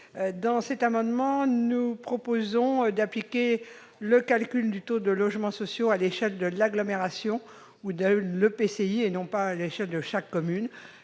Par cet amendement, nous proposons d'appliquer le calcul du taux de logements sociaux à l'échelle de l'agglomération ou de l'EPCI, et non de chaque commune.